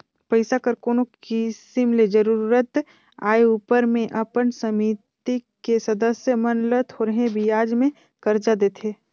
पइसा कर कोनो किसिम ले जरूरत आए उपर में अपन समिति के सदस्य मन ल थोरहें बियाज में करजा देथे